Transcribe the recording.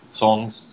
songs